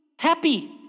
happy